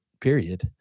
period